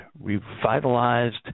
revitalized